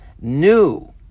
new